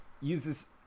uses